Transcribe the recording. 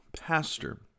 pastor